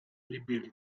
rebuilt